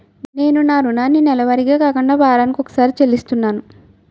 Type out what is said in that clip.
నేను నా రుణాన్ని నెలవారీగా కాకుండా వారాని కొక్కసారి చెల్లిస్తున్నాను